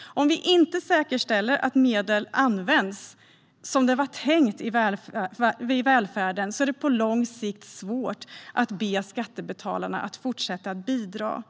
Om vi inte säkerställer att medel används som det var tänkt i välfärden är det på lång sikt svårt att be skattebetalarna att fortsätta bidra.